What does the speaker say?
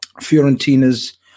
Fiorentina's